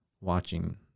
watching